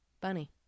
Bunny